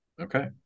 Okay